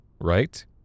right